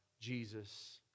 Jesus